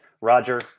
Roger